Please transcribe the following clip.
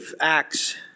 Acts